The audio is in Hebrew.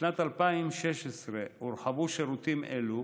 בשנת 2016 הורחבו שירותים אלו